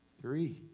Three